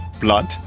blood